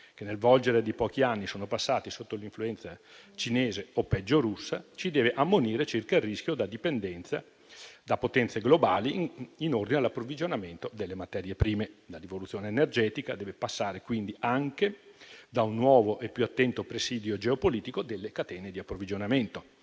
che, nel volgere di pochi anni, sono passati sotto l'influenza cinese o, peggio, russa ci deve ammonire circa il rischio da dipendenza da potenze globali in ordine all'approvvigionamento delle materie prime. La rivoluzione energetica deve passare quindi anche da un nuovo e più attento presidio geopolitico delle catene di approvvigionamento.